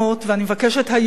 ואני מבקשת היום